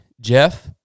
Jeff